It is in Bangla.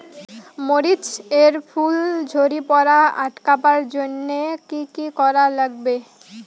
মরিচ এর ফুল ঝড়ি পড়া আটকাবার জইন্যে কি কি করা লাগবে?